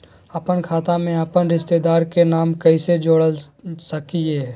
अपन खाता में अपन रिश्तेदार के नाम कैसे जोड़ा सकिए हई?